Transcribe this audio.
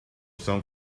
some